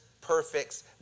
perfects